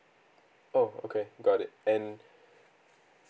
oh okay got it and